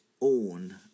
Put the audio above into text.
own